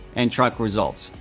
and track results.